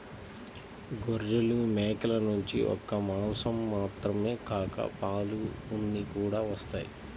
గొర్రెలు, మేకల నుంచి ఒక్క మాసం మాత్రమే కాక పాలు, ఉన్ని కూడా వత్తయ్